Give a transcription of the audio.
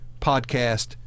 podcast